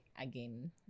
again